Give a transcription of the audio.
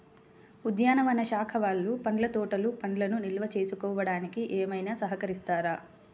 ఉద్యానవన శాఖ వాళ్ళు పండ్ల తోటలు పండ్లను నిల్వ చేసుకోవడానికి ఏమైనా సహకరిస్తారా?